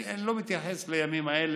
אני לא מתייחס לימים האלה.